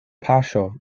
paŝo